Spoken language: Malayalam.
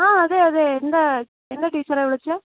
ആ അതെ അതെ എന്താ എന്താ ടീച്ചറേ വിളിച്ചത്